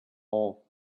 hole